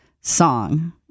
song